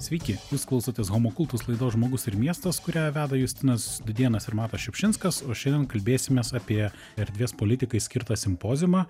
sveiki jūs klausotės humokultus laidos žmogus ir miestas kurią veda justinas dudėnas ir matas šiupšinskas o šiandien kalbėsimės apie erdvės politikai skirtą simpoziumą